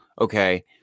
okay